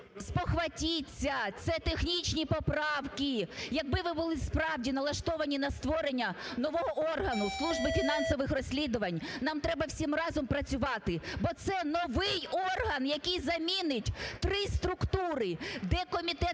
спохватіться, це технічні поправки. Якби ви були справді налаштовані на створення нового органу Служби фінансових розслідувань, нам треба всім разом працювати, бо це новий орган, який замінить три структури. Де Комітет